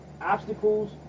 obstacles